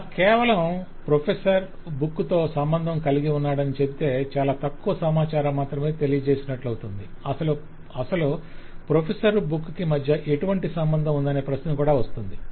ఇలా కేవలం professor book తో సంబంధం కలిగి ఉన్నాడాని చెబితే చాలా తక్కువ సమాచారం మాత్రమే తెలియజేస్తునట్లవుతుంది అసలు ప్రొఫెసర్ బుక్ మధ్య ఎటువంటి సంబంధం ఉందనే ప్రశ్న వస్తుంది